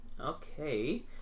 Okay